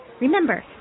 Remember